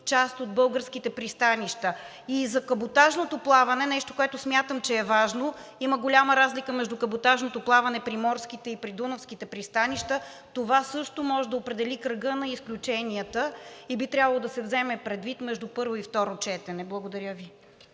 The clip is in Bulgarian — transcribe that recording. част от българските пристанища. За каботажното плаване – нещо, което смятам, че е важно. Има голяма разлика между каботажното плаване при морските и при дунавските пристанища. Това също може да определи кръга на изключенията и би трябвало да се вземе предвид между първо и второ четене. Благодаря Ви.